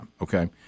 Okay